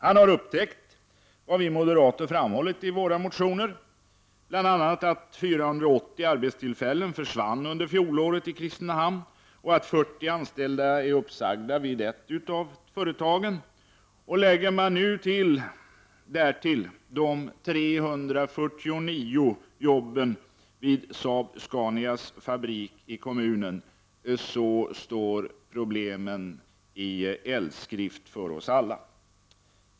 Han har upptäckt vad vi moderater framhållit i våra motioner, bl.a. att 480 arbetstillfällen försvann under fjolåret i Kristinehamn och att 40 anställda är uppsagda vid ett av företagen. Lägger man därtill de 349 jobben vid Saab-Scanias fabrik i kommunen står problemen i eldskrift för oss alla.